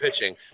pitching